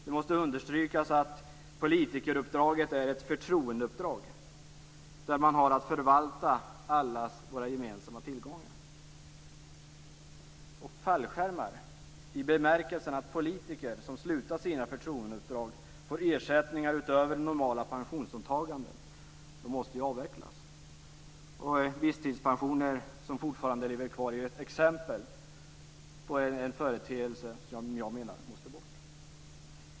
Det måste understrykas att politikeruppdraget är ett förtroendeuppdrag där man har att förvalta allas våra gemensamma tillgångar. Fallskärmar i bemärkelsen att politiker som slutar sina förtroendeuppdrag får ersättningar utöver normala pensionsavtal måste avvecklas. Visstidspensioner som fortfarande lever kvar är ett exempel på en företeelse som jag menar måste bort.